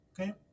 okay